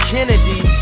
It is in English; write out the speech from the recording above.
Kennedy